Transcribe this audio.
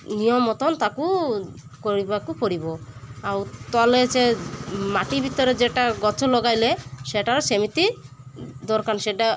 ନିୟମିତ ତାକୁ କରିବାକୁ ପଡ଼ିବ ଆଉ ତଳେ ସେ ମାଟି ଭିତରେ ଯେଉଁଟା ଗଛ ଲଗାଇଲେ ସେଇଟା ସେମିତି ଦରକାର ସେଇଟା